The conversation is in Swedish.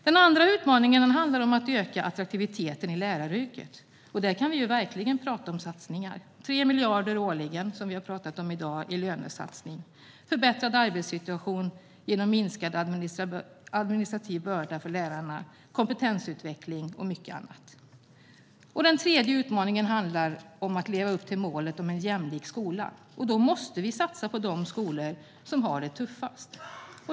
Den andra utmaningen handlar om att öka attraktiviteten i läraryrket, och där kan vi verkligen prata om satsningar: 3 miljarder årligen i lönesatsning, förbättrad arbetssituation genom minskad administrativ börda för lärarna, kompetensutveckling och mycket annat. Den tredje utmaningen handlar om att leva upp till målet om en jämlik skola och då måste vi satsa på de skolor som har det tuffast.